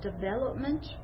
development